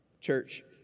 Church